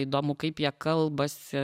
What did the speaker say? įdomu kaip jie kalbasi